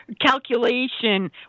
calculation